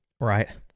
Right